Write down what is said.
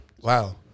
Wow